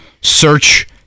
search